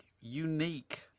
unique